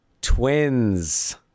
Twins